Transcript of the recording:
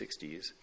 60s